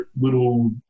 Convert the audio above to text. little